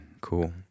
Cool